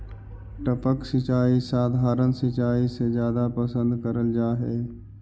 टपक सिंचाई सधारण सिंचाई से जादा पसंद करल जा हे